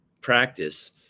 practice